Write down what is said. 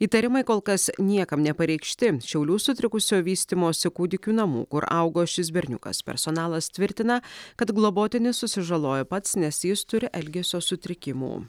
įtarimai kol kas niekam nepareikšti šiaulių sutrikusio vystymosi kūdikių namų kur augo šis berniukas personalas tvirtina kad globotinis susižalojo pats nes jis turi elgesio sutrikimų